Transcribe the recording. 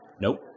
nope